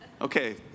Okay